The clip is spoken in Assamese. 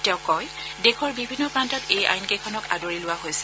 তেওঁ কয় যে দেশৰ বিভিন্ন প্ৰান্তত এই আইনকেইখনক আদৰি লোৱা হৈছে